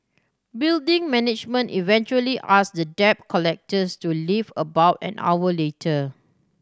building management eventually asked the debt collectors to leave about an hour later